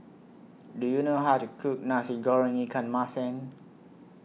Do YOU know How to Cook Nasi Goreng Ikan Masin